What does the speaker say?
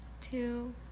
two